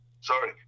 Sorry